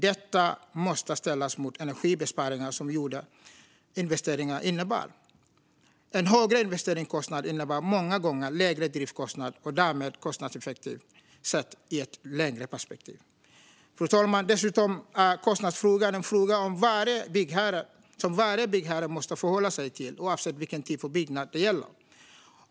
Detta måste ställas mot de energibesparingar som gjorda investeringar inneburit. En högre investeringskostnad innebär många gånger lägre driftskostnad och därmed kostnadseffektivitet sett i ett längre perspektiv. Fru talman! Kostnadsfrågan är dessutom en fråga som varje byggherre måste förhålla sig till, oavsett vilken typ av byggnad det gäller.